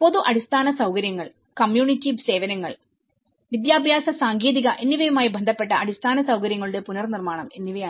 പൊതു അടിസ്ഥാന സൌകര്യങ്ങൾ കമ്മ്യൂണിറ്റി സേവനങ്ങൾ വിദ്യാഭ്യാസ സാങ്കേതികത എന്നിവയുമായി ബന്ധപ്പെട്ട അടിസ്ഥാന സൌകര്യങ്ങളുടെ പുനർനിർമ്മാണം എന്നിവയാണ്